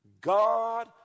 God